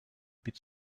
bit